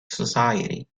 society